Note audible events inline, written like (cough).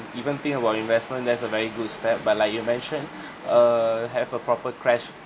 even think about investment that's a very good step but like you mentioned (breath) err have a proper crash